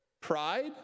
Pride